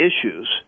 issues